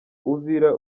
uvira